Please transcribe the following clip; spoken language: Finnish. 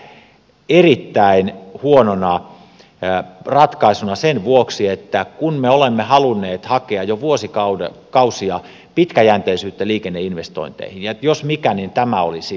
pidän sitä erittäin huonona ratkaisuna sen vuoksi että me olemme halunneet hakea jo vuosikausia pitkäjänteisyyttä liikenneinvestointeihin ja tämä jos mikä oli sitä